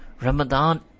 Ramadan